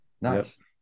Nice